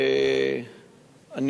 אני